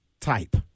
type